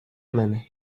منه